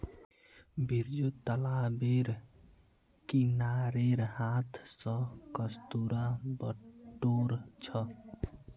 बिरजू तालाबेर किनारेर हांथ स कस्तूरा बटोर छ